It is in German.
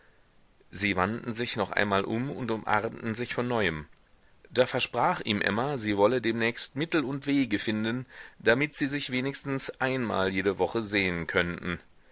sie wandten sich noch einmal um und umarmten sich von neuem da versprach ihm emma sie wolle demnächst mittel und wege finden damit sie sich wenigstens einmal jede woche sehen könnten